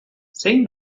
zein